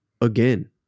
again